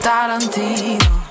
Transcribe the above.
Tarantino